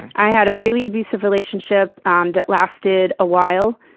i had a really abusive relationship um that lasted a while.